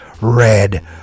red